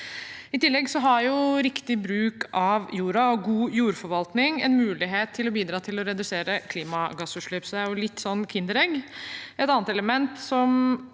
I tillegg har riktig bruk av jorda og god jordforvaltning en mulighet til å bidra til å redusere klimagassutslipp, så det er litt som et kinderegg. Et annet element som